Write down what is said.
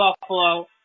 Buffalo